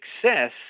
success